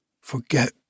forget